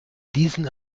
diesen